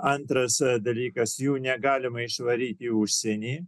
antras dalykas jų negalima išvaryti į užsienį